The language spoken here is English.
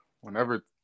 whenever